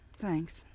thanks